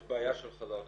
יש בעיה של חדר ניתוח.